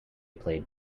played